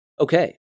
Okay